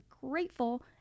grateful